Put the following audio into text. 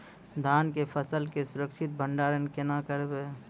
धान के फसल के सुरक्षित भंडारण केना करबै?